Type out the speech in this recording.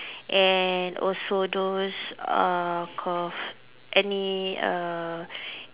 and also those uh cause any err